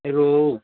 यह रोहू